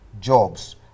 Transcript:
jobs